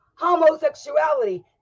Homosexuality